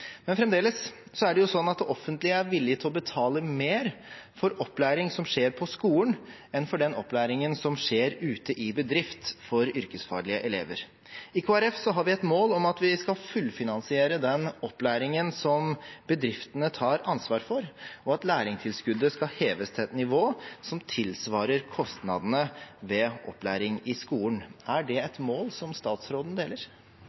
Men fremdeles er det sånn at det offentlige er villig til å betale mer for opplæring som skjer på skolen, enn for den opplæringen som skjer ute i bedrift, for yrkesfaglige elever. I Kristelig Folkeparti har vi et mål om at vi skal fullfinansiere den opplæringen som bedriftene tar ansvar for, og at lærlingtilskuddet skal heves til et nivå som tilsvarer kostnadene ved opplæring i skolen. Er det et mål som statsråden deler?